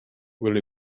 will